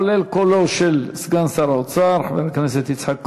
כולל קולו של סגן שר האוצר חבר הכנסת יצחק כהן.